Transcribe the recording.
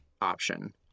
option